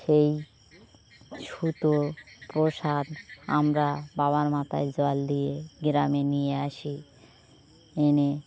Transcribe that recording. সেই সুতো প্রসাদ আমরা বাবার মাথায় জল দিয়ে গ্রামে নিয়ে আসি এনে